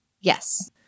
Yes